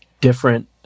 different